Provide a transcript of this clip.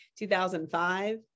2005